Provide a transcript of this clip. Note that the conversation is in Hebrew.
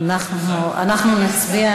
אנחנו נצביע.